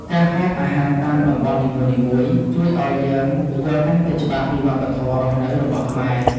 ការហូបអាហារតាមតំបន់នីមួយៗ ជួយឱ្យយើងយល់កាន់តែច្បាស់ពីវប្បធម៌រស់នៅរបស់ខ្មែរ។